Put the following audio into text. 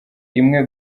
imwe